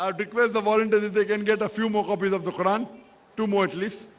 and request the voluntary they can get a few more copies of the quran to motley's